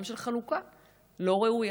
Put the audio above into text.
גם של חלוקה לא ראויה,